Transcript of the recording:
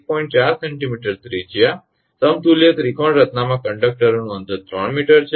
4 𝑐𝑚 ત્રિજ્યા સમતુલ્ય ત્રિકોણ રચનામાં કંડકટરોનું અંતર 3 𝑚 છે